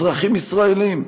אזרחים ישראלים.